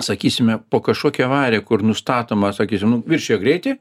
sakysime po kažkokią avariją kur nustatoma sakysim nu viršija greitį